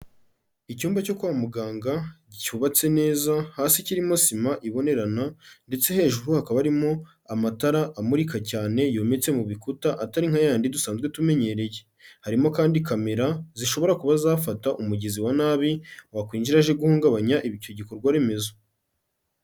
Icyumba cyo kwa muganga cyubatse neza hasi kirimo sima ibonerana ndetse hejuru hakaba harimo amatara amurika cyane yometse mu bikuta atari nka yayandi dusanzwe tumenyereye, harimo kandi kamera zishobora kuba zafata umugizi wa nabi wakwinjira aje guhungabanya icyo gikorwa remezo.